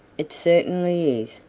it certainly is,